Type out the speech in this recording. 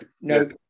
no